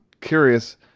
curious